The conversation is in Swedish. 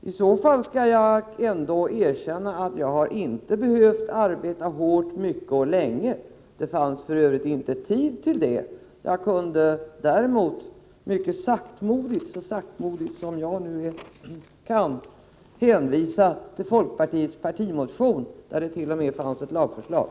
Jag skall erkänna att jag i så fall inte har behövt arbeta hårt, mycket och länge — det fanns för övrigt inte tid till det. Jag kunde däremot mycket saktmodigt — så saktmodigt som jag nu kan — hänvisa till folkpartiets partimotion, där det t.o.m. fanns ett lagförslag.